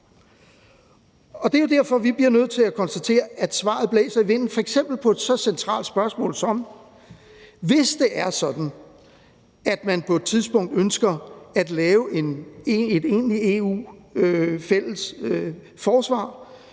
Det er jo derfor, at vi bliver nødt til at konstatere, at svaret blæser i vinden, f.eks. på et så centralt spørgsmål som: Hvis det er sådan, at man på et tidspunkt ønsker at lave et egentligt fælles EU-forsvar,